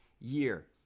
year